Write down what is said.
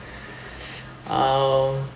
uh